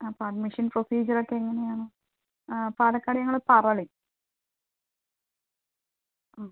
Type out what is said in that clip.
അപ്പം admission procedure ഒക്കെ എങ്ങനെയാണ് ആ പാലക്കാട് ഞങ്ങൾ പറളി മ്